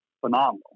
phenomenal